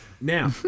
Now